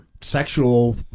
sexual